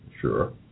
sure